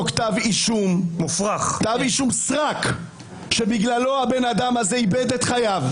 כתב אישום סרק שבגללו האדם הזה איבד את חייו,